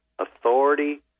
authority